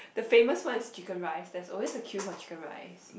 the famous one is Chicken Rice there is always a queue for Chicken Rice